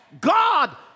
God